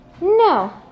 No